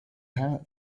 herr